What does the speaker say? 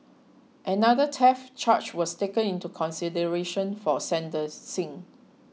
another theft charge was taken into consideration for sentencing